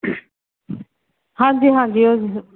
ਹਾਂਜੀ ਹਾਂਜੀ ਉਹੀ